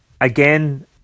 again